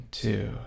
two